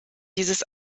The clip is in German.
dieses